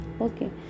okay